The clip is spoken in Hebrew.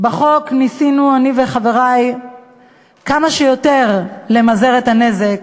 בחוק ניסינו אני וחברי כמה שיותר למזער את הנזק.